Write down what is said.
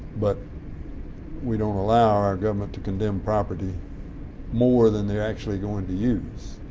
but we don't allow our government to condemn property more than they're actually going to use.